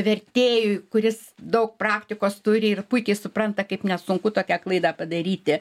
vertėjui kuris daug praktikos turi ir puikiai supranta kaip nesunku tokią klaidą padaryti